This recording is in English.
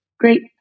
Great